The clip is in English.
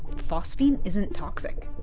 phosphine isn't toxic,